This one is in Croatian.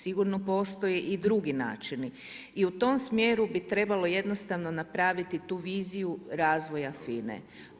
Sigurno postoji i drugi načini i tom smjeru bi trebalo jednostavno napraviti tu viziju razvoja FINA-e.